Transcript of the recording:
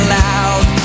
loud